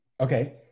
Okay